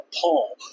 Paul